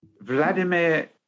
Vladimir